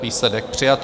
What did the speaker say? Výsledek: přijato.